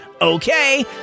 Okay